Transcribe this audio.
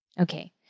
Okay